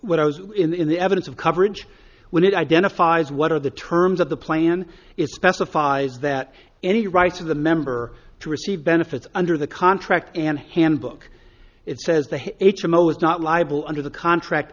when i was in the evidence of coverage when it identifies what are the terms of the plan it specifies that any right to the member to receive benefits under the contract and handbook it says they h m o is not liable under the contract